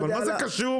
אבל מה זה קשור?